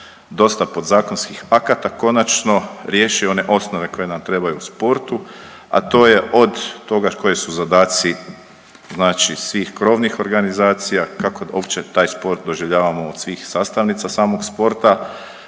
dosta podzakonskih akata konačno riješi one osnove koje nam trebaju u sportu, a to je od toga koji su zadaci svih krovnih organizacija kako uopće taj sport doživljavamo od svih sastavnica samog sporta,